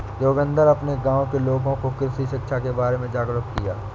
जोगिंदर अपने गांव के लोगों को कृषि शिक्षा के बारे में जागरुक किया